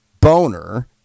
Boner